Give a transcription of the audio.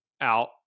out